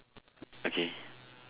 okay